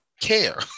care